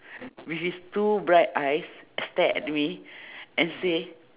with his two bright eyes stare at me and say